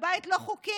בבית לא חוקי.